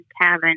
cabin